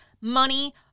money